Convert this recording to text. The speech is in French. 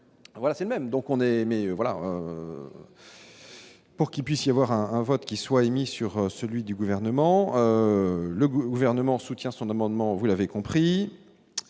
on est voilà pour qu'il puisse y avoir un vote qui soit émis sur celui du gouvernement le gouvernement soutient son amendement, vous l'avez compris